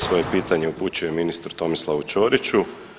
Svoje pitanje upućujem ministru Tomislavu Ćoriću.